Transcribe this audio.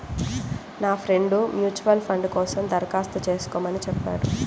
నా friend mutual fund కోసం దరఖాస్తు చేస్కోమని చెప్పాడు